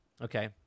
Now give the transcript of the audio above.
okay